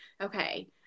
okay